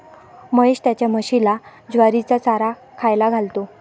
महेश त्याच्या म्हशीला ज्वारीचा चारा खायला घालतो